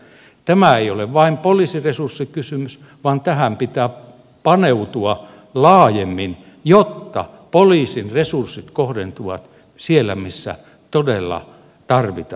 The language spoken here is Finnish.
tämä ei ole vain poliisiresurssikysymys vaan tähän pitää paneutua laajemmin jotta poliisin resurssit kohdentuvat sinne missä niitä todella tarvitaan